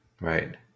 right